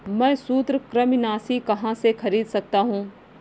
मैं सूत्रकृमिनाशी कहाँ से खरीद सकता हूँ?